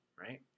Right